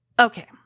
okay